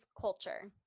culture